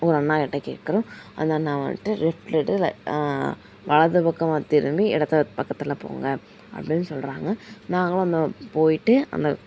ஒரு அண்ணாக்கிட்ட கேட்குறோம் அந்த அண்ணா வந்துட்டு லெஃப்ட்டில் எடு வலது பக்கமாக திரும்பி இடது பக்கத்தில் போங்க அப்படின்னு சொல்கிறாங்க நாங்களும் அந்த போயிட்டு அந்த